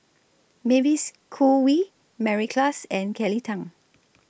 Mavis Khoo Oei Mary Klass and Kelly Tang